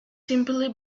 simply